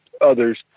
others